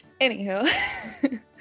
Anywho